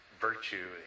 virtue